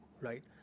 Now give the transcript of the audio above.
right